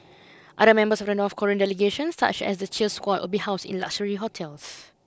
other members of the North Korean delegation such as the cheer squad will be housed in luxury hotels